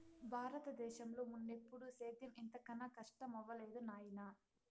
బారత దేశంలో మున్నెప్పుడూ సేద్యం ఇంత కనా కస్టమవ్వలేదు నాయనా